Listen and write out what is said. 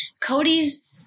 Cody's